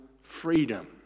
freedom